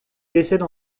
décède